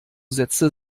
sätze